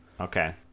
Okay